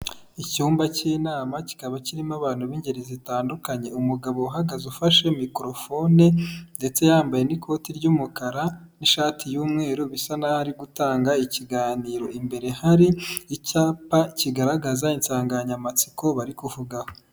Icyumba cy'inama kikaba kirimo abantu b'ingeri zitandukanye, umugabo uhagaze ufashe mikorofone ndetse yambaye n'ikoti ry'umukara n'ishati y'umweru, bisa n'aho ari gutanga ikiganiro; imbere hari icyapa kigaragaza insanganyamatsiko bari kuvugaho.